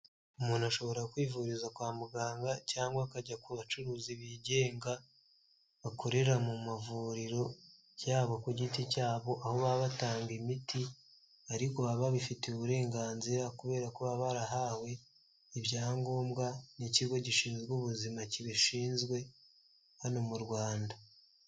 Umuntu ashobora kwivuriza kwa muganga cyangwa akajya ku bacuruzi bigenga, bakorera mu mavuriro yabo ku giti cyabo aho baba batanga imiti ariko baba bifitiye uburenganzira kubera kuba barahawe ibyangombwa n'ikigo gishinzwe ubuzima kibishinzwe hano mu Rwanda.